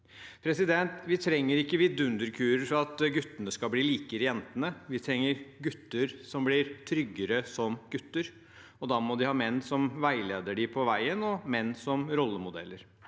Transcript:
yrkene. Vi trenger ikke vidunderkurer for at guttene skal bli likere jentene. Vi trenger gutter som blir tryggere som gutter, og da må de ha menn som veileder dem på veien, og menn som rollemodeller.